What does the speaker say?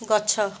ଗଛ